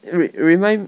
re~ remind